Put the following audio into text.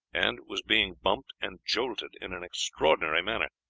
and was being bumped and jolted in an extraordinary manner.